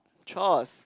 choice